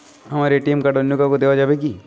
আমার ATM card অন্য কাউকে দেওয়া যাবে কি?